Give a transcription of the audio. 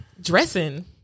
Dressing